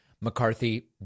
McCarthy